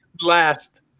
last